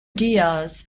diaz